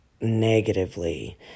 negatively